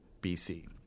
BC